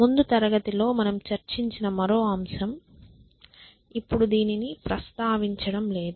ముందు తరగతిలో మేము చర్చించిన మరో అంశం ఇప్పుడు దానిని ప్రస్తావించడం లేదు